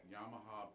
Yamaha